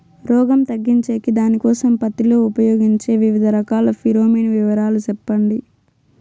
రోగం తగ్గించేకి దానికోసం పత్తి లో ఉపయోగించే వివిధ రకాల ఫిరోమిన్ వివరాలు సెప్పండి